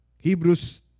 Hebrews